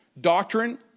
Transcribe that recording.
Doctrine